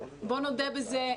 בואו נודה בזה,